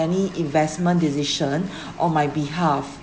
any investment decision on my behalf